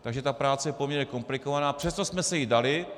Takže ta práce je poměrně komplikovaná, přesto jsme si ji dali...